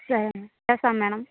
సరే చేస్తాను మేడం